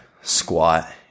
squat